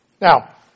Now